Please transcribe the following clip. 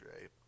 right